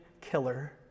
killer